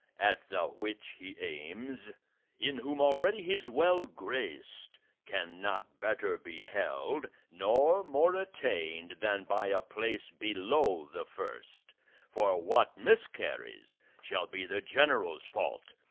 at the which he aims in whom already he is well grac'd cannot better be held, nor more attain'd, than by a place below the first for what miscarries shall be the general's fault,